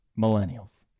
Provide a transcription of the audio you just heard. millennials